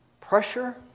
pressure